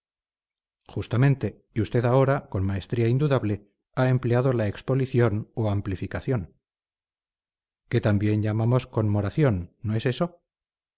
justamente y usted ahora con maestría indudable ha empleado la expolición o amplificación que también llamamos conmoración no es eso